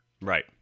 right